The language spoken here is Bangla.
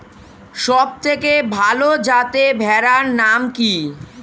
সবথেকে ভালো যাতে ভেড়ার নাম কি?